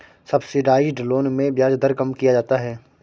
subsidised loan में ब्याज दर कम किया जाता है